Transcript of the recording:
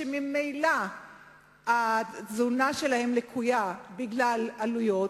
שממילא התזונה שלהן לקויה בגלל עלויות,